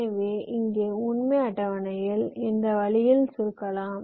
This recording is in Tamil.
எனவே இங்கே உண்மை அட்டவணையை இந்த வழியில் சுருக்கலாம்